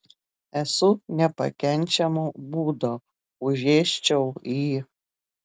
esu nepakenčiamo būdo užėsčiau jį